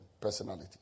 Personality